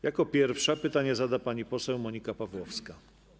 Jako pierwsza pytanie zada pani poseł Monika Pawłowska.